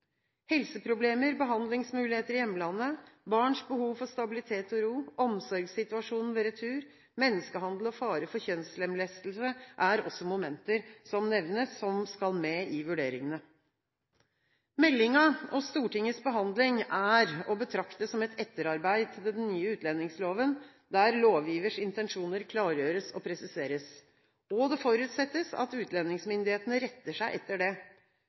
Helseproblemer, behandlingsmuligheter i hjemlandet, barns behov for stabilitet og ro, omsorgssituasjonen ved retur, menneskehandel og fare for kjønnslemlestelse er også momenter som nevnes, og som skal med i vurderingene. Meldingen og Stortingets behandling er å betrakte som et etterarbeid til den nye utlendingsloven, der lovgivers intensjoner klargjøres og presiseres. Det forutsettes at utlendingsmyndighetene retter seg etter det.